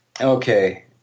Okay